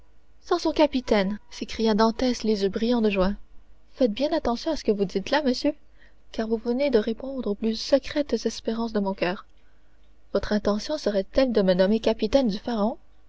son capitaine s'écria dantès les yeux brillants de joie faites bien attention à ce que vous dites là monsieur car vous venez de répondre aux plus secrètes espérances de mon coeur votre intention serait-elle de me nommer capitaine du